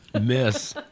miss